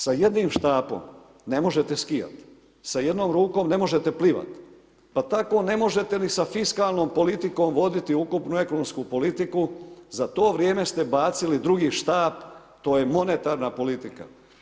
Sa jednim štapom ne možete skijati, sa jednom rukom, ne možete plivati, pa tako ne možete ni sa fiskalnom politikom voditi ukupnu ekonomsku politiku, za to vrijeme ste bacili drugi štap, to je monetarna politika.